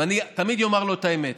ואני תמיד אומר לו את האמת,